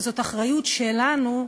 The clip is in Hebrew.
וזאת אחריות שלנו,